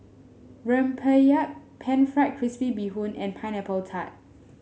rempeyek pan fried crispy Bee Hoon and Pineapple Tart